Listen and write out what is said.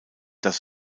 das